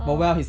ugh